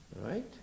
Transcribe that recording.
right